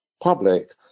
public